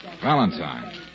Valentine